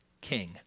King